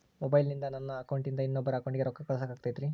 ಮೊಬೈಲಿಂದ ನನ್ನ ಅಕೌಂಟಿಂದ ಇನ್ನೊಬ್ಬರ ಅಕೌಂಟಿಗೆ ರೊಕ್ಕ ಕಳಸಾಕ ಆಗ್ತೈತ್ರಿ?